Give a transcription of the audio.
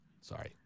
Sorry